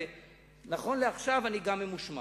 ונכון לעכשיו אני גם ממושמע.